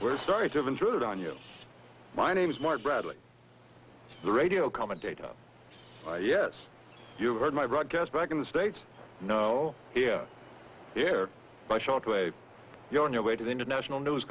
we're sorry to have intruded on you my name is mark bradley the radio commentator yes you've heard my broadcast back in the states no hear hear by shortwave you're on your way to the international news